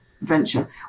Venture